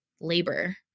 labor